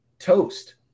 Toast